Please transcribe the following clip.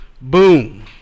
Boom